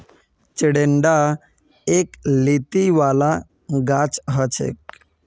चिचिण्डा एक लत्ती वाला गाछ हछेक